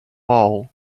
all